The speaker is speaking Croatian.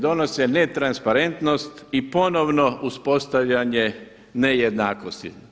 Donose ne transparentnost i ponovno uspostavljanje nejednakosti.